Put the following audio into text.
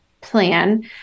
plan